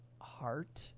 heart